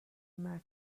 مرگ